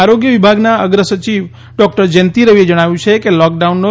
આરોગ્ય વિભાગના અગ્રસચિવ ડોક્ટર જયંતિ રવિએ જણાવ્યું છે કે લૉકડાઉનનો